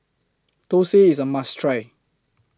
Thosai IS A must Try